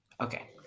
Okay